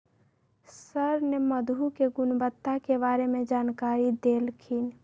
sir ने मधु के गुणवत्ता के बारे में जानकारी देल खिन